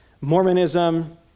Mormonism